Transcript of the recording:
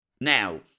Now